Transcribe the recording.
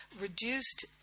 reduced